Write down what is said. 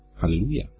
Hallelujah